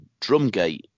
Drumgate